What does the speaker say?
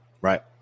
right